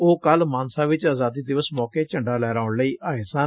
ਉਹ ਕੱਲ ਮਾਨਸਾ 'ਚ ਅਜਾਦੀ ਦਿਵਸ ਮੌਕੇ ਝੰਡਾ ਲਹਿਰਾਉਣ ਲਈ ਆਏ ਸਨ